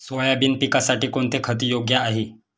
Soybean पिकासाठी कोणते खत योग्य आहे?